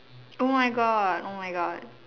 oh my God oh my God